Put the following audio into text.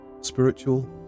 Spiritual